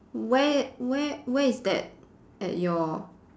where where where is that at your